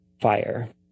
fire